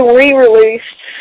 re-released